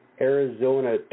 Arizona